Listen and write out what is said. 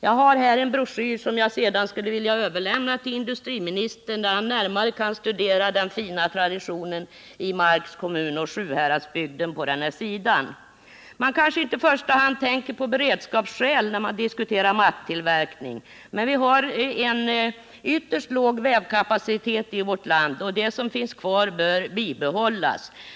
Jag har här en broschyr som jag vill överlämna till industriministern senare. I den kan han närmare studera den fina tradition som finns på det här området inom Marks kommun och Sjuhäradsbygden. Man kanske inte i första hand tänker på beredskapsaspekterna när man diskuterar mattillverkning. Men vi har en ytterst låg vävkapacitet i vårt land, och det som finns kvar av den bör därför bibehållas.